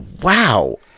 wow